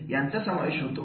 यांचा समावेश होतो